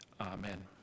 Amen